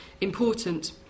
important